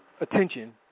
attention